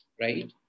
right